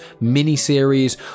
mini-series